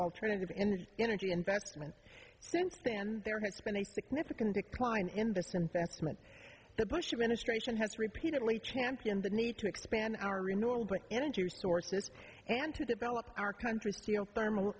alternative energy energy investments since than there has been a significant decline in this investment the bush administration has repeatedly championed the need to expand our renewable energy resources and to develop our country still thermal